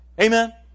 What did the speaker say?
amen